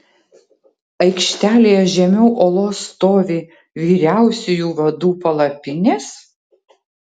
aikštelėje žemiau olos stovi vyriausiųjų vadų palapinės